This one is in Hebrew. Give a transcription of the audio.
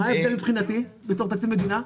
מה ההבדל מבחינתי בתור תקציב מדינה?